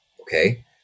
Okay